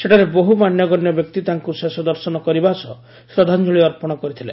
ସେଠାରେ ବହୁ ମାନ୍ୟଗଣ୍ୟ ବ୍ୟକ୍ତି ତାଙ୍କୁ ଶେଷ ଦର୍ଶନ କରିବା ସହ ଶ୍ରଦ୍ଧାଞଳି ଅପ୍ପଣ କରିଥିଲେ